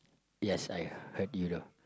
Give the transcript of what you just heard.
yes I I